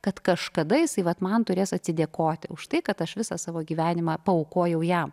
kad kažkada jisai vat man turės atsidėkoti už tai kad aš visą savo gyvenimą paaukojau jam